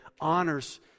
honors